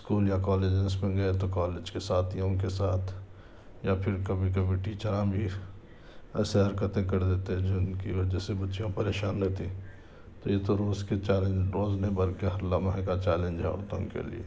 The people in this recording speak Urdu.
اسکول یا کالجیز میں گئے تو کالج کے ساتھ یا ان کے ساتھ یا کبھی کبھی ٹیچراں بھی ایسے حرکتیں کر دیتے ہیں جن کی وجہ سے بچیاں پریشان رہتیں تو یہ تو روز کے چیلینج روز نہیں بلکہ ہر لمحے کا چیینلج ہے عورتوں کے لئے